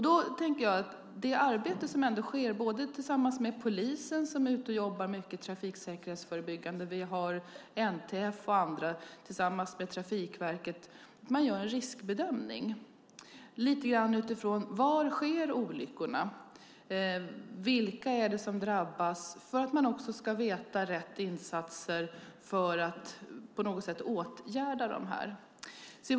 Det arbete som sker mellan polisen, som är ute och jobbar mycket i trafiksäkerhetsförebyggande syfte, NTF och andra innebär att man tillsammans med Trafikverket lite grann gör en riskbedömning utifrån var olyckorna sker och vilka som drabbas för att kunna göra rätt insatser och åtgärda dessa problem.